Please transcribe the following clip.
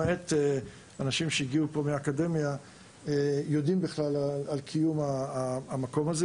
למעט אנשים שהגיעו מהאקדמיה יודעים בכלל על קיום המקום הזה.